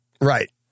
Right